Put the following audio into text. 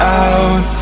out